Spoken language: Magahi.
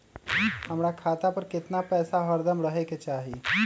हमरा खाता पर केतना पैसा हरदम रहे के चाहि?